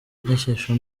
inyigisho